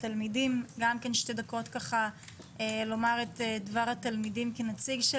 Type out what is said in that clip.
התלמידים שתי דקות לומר את דבר התלמידים כנציגם.